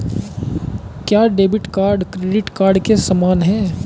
क्या debit card credit card के समान है?